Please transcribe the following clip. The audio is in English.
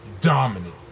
dominant